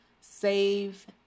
save